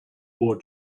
wore